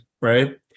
right